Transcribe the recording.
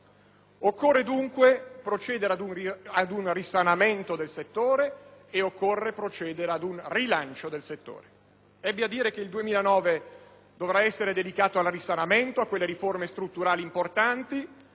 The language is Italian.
Occorre dunque procedere ad un risanamento e ad un rilancio del settore. Ebbi a dire che il 2009 dovrà essere dedicato al risanamento e alle riforme strutturali importanti: